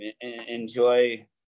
enjoy